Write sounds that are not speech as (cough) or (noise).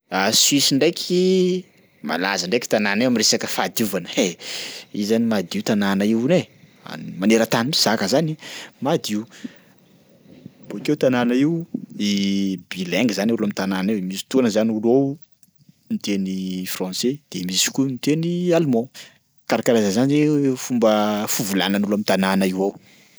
(hesitation) Suisse ndraiky malaza ndraiky tanàna io am'resaka fahadiovana (laughs) i zany madio tanàna io hono e, an- maneran-tany mihitsy zaka zany, madio. Bôkeo tanàna io (hesitation) bilingue zany olo am'tanàna io, misy fotoana zany olo ao miteny (noise) français de misy koa miteny allemand, karakaraha zany io fomba fivolanan'olona ao am'tanàna io ao.